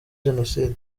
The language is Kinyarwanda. jenoside